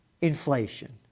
Inflation